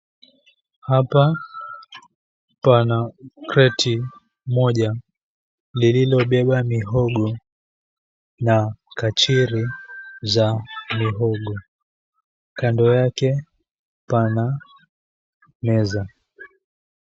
Hapa pana kreti moja lililobeba mihogo na kanchiri za mihogo. Kando yake pana meza.